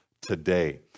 today